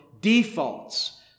defaults